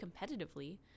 competitively